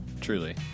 truly